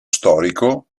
storico